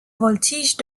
voltige